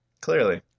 Clearly